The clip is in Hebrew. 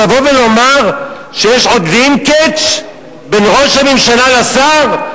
לבוא ולומר שיש עוד לינקג' בין ראש הממשלה לשר?